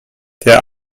der